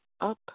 up